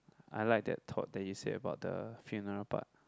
I like that thought that you say about the funeral part